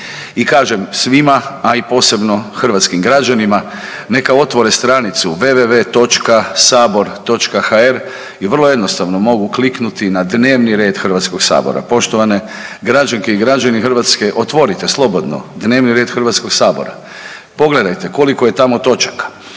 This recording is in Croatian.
i kažem svima, a i posebno hrvatskim građanima neka otvore stranicu www.sabor.hr i vrlo jednostavno mogu kliknuti na dnevni red Hrvatskog sabora. Poštovane građanke i građani Hrvatske otvorite slobodno dnevni red Hrvatskog sabora, pogledajte koliko je tamo točaka,